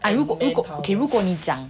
ah 如果 okay 如果你讲